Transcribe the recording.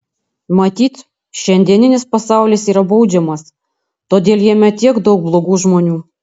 matyt šiandieninis pasaulis yra baudžiamas todėl jame tiek daug blogų žmonių